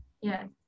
yes